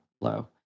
low